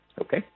okay